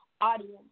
audience